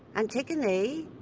antigone?